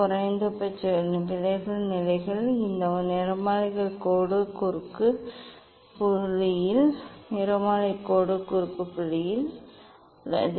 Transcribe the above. குறைந்தபட்ச விலகல் நிலைகள் இந்த நிறமாலை கோடு குறுக்கு புள்ளியில் நிறமாலை கோடு குறுக்கு புள்ளியில் உள்ளது